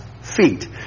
feet